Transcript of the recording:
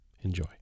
Enjoy